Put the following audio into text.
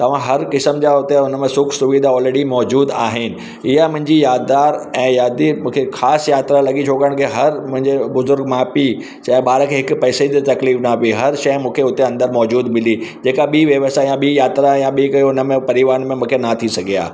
तव्हां हर क़िस्म जा उते उनमें सुखु सुविधाऊं ऑलरेडी मौजूदु आहिनि इहा मुंहिंजी यादिगार ऐं यादि मूंखे ख़ासि यात्रा लॻी छाकाणि त हर मुंहिंजे बुर्ज़ुग माउ पीउ चाए ॿार खे हिकु पैसे जो तकलीफ़ न बि हर शइ मूंखे हुते अंदरु मौजूदु मिली जेका ॿी व्यवसाय या ॿी यात्रा या ॿी काई उनमें परिवार में मूंखे न थी सघे आ